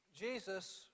Jesus